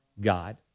God